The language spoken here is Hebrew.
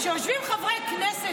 אתה מדבר על כבוד.